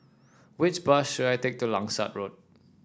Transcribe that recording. which bus should I take to Langsat Road